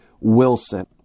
Wilson